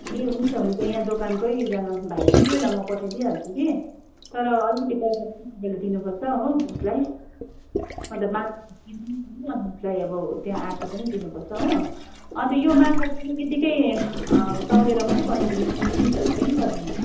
ए हुन्छ हुन्छ यहाँ दोकानकै एकजना भाइ छ कि उसलाई म पठाइदिई हाल्छु कि तर अलिकति पैसा चाहिँ तपाईँले दिनुपर्छ हो उसलाई मतलब माछाको दिनै पर्यो अनि उसलाई अब त्यहाँ आएको पनि दिनपर्छ हो अन्त यो माछा चाहिँ यत्तिकै तौलेर मात्रै पठाइदिनु कि पिसहरू पनि गरिदिनु